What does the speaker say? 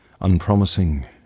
unpromising